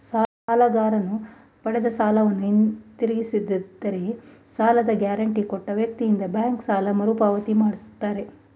ಸಾಲಗಾರನು ಪಡೆದ ಸಾಲವನ್ನು ತೀರಿಸದಿದ್ದರೆ ಸಾಲದ ಗ್ಯಾರಂಟಿ ಕೊಟ್ಟ ವ್ಯಕ್ತಿಯಿಂದ ಬ್ಯಾಂಕ್ ಸಾಲ ಮರುಪಾವತಿ ಮಾಡಿಸುತ್ತಾರೆ